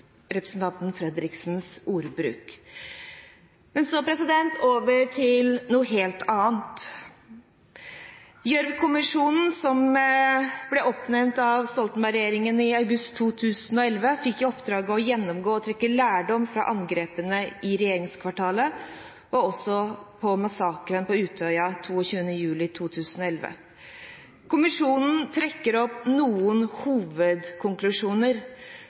representanten Fredriksens ordbruk. Men så over til noe helt annet. Gjørv-kommisjonen, som ble oppnevnt av Stoltenberg-regjeringen i august 2011, fikk i oppdrag å gjennomgå og trekke lærdom av angrepene i regjeringskvartalet og massakren på Utøya 22. juli 2011. Kommisjonen trekker fram noen hovedkonklusjoner